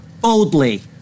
boldly